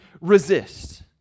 resist